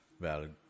Valid